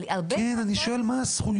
אבל הרבה --- כן אבל אני שואל מה הזכויות.